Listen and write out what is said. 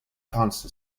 cancer